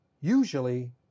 usually